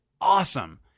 awesome